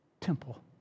temple